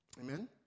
Amen